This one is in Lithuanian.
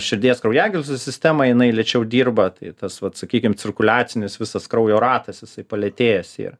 širdies kraujagyslių sistema jinai lėčiau dirba tai tas vat sakykim cirkuliacinis visas kraujo ratas jisai palėtėjęs yra